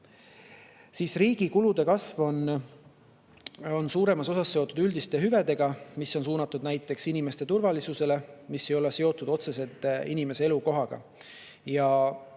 Riigi kulude kasv on suuremas osas seotud üldiste hüvedega ja on suunatud näiteks inimeste turvalisusele ja ei ole otseselt seotud inimese elukohaga.